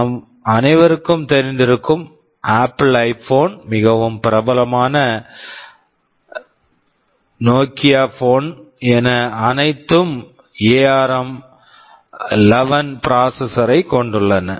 நம் அனைவருக்கும் தெரிந்திருக்கும் ஆப்பிள் ஐபோன் Apple iPhone மற்றும் மிகவும் பிரபலமான நோக்கியா போன் Nokia phones கள் என அனைத்தும் எஆர்ம்11 ARM11 ப்ராசெசர் processor ஐக் கொண்டுள்ளன